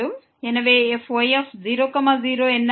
எனவே fy0 0 என்ன